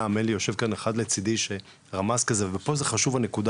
לגבי המדינה יושב כאן לצידי מישהו שלחש שפה הנקודה